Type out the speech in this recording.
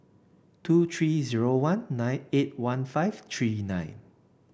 two three zero one nine eight one five three nine